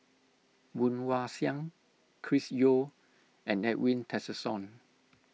Woon Wah Siang Chris Yeo and Edwin Tessensohn